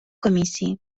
комісії